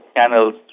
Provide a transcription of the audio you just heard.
channels